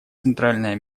центральное